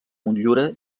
motllura